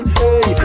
hey